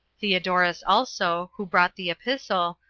theodorus also, who brought the epistle,